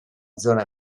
zona